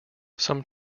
some